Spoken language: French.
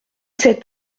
sept